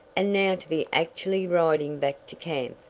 and now to be actually riding back to camp!